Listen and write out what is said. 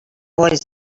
was